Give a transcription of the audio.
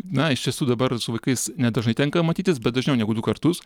na iš tiesų dabar su vaikais nedažnai tenka matytis bet dažniau negu du kartus